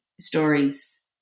stories